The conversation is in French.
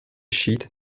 chiites